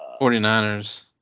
49ers